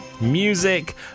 music